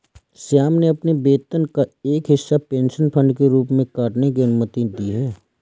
श्याम ने अपने वेतन का एक हिस्सा पेंशन फंड के रूप में काटने की अनुमति दी है